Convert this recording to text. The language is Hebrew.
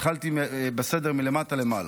התחלתי בסדר מלמטה למעלה.